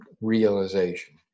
Realization